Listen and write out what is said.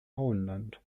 auenland